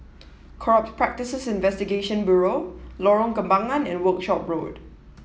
Corrupt Practices Investigation Bureau Lorong Kembangan and Workshop Road